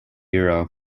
euro